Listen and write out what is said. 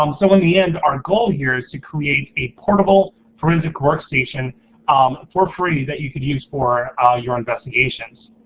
um so in the end, our goal here is to create a portable forensics workstation for free that you could use for ah your investigations.